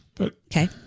Okay